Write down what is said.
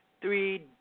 three